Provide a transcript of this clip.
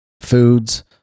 foods